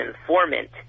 informant